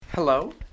Hello